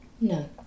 No